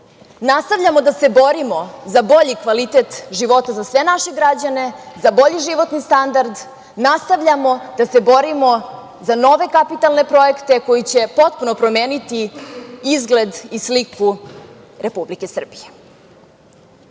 nastavljamo da se borimo za bolji kvalitet života za sve naše građane, za bolji životni standard, nastavljamo da se borimo za nove kapitalne projekte koji će potpuno promeniti izgled i sliku Republike Srbije.Za